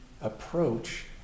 approach